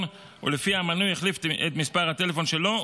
שלפיה המנוי החליף את מספר הטלפון שלו,